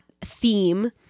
theme